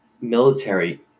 military